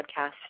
podcast